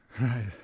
Right